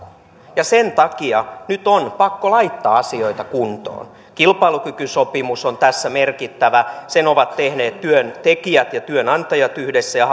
ja sen takia nyt on pakko laittaa asioita kuntoon kilpailukykysopimus on tässä merkittävä sen ovat tehneet työntekijät ja työnantajat yhdessä ja